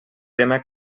tema